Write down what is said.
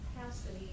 capacity